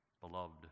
beloved